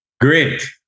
Great